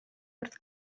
wrth